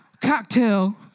Cocktail